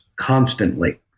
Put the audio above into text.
constantly